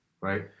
Right